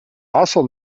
also